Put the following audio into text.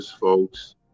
folks